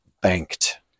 banked